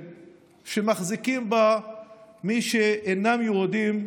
שמחזיקים בה מי שאינם יהודים,